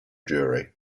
jury